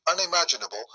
unimaginable